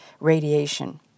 radiation